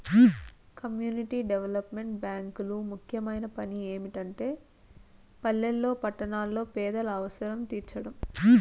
community development బ్యేంకులు ముఖ్యమైన పని ఏమిటంటే పల్లెల్లో పట్టణాల్లో పేదల అవసరం తీర్చడం